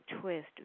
twist